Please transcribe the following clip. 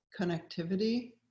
connectivity